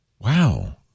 Wow